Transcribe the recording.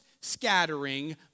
scattering